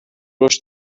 رشد